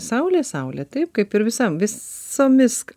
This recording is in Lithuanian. saulė saulė taip kaip ir visam visomis